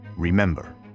Remember